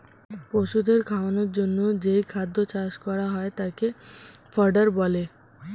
পশুদের খাওয়ানোর জন্যে যেই খাদ্য চাষ করা হয় তাকে ফডার বলে